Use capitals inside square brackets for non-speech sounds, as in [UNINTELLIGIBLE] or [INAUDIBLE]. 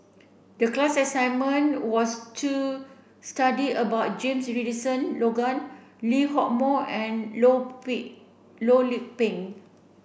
the class assignment was to study about James Richardson Logan Lee Hock Moh andLoh [UNINTELLIGIBLE] Loh Lik Peng